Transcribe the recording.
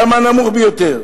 שם זה הנמוך ביותר.